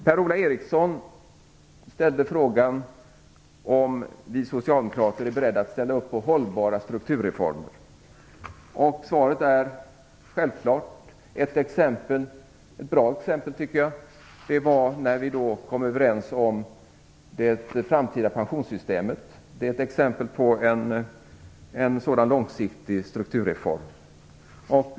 Per-Ola Eriksson ställde frågan om vi socialdemokrater är beredda att ställa upp på hållbara strukturreformer. Svaret är: Självklart. Ett, tycker jag, bra exempel är när vi kom överens om det framtida pensionssystemet. Det är ett exempel på en långsiktig strukturreform.